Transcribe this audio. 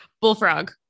Bullfrog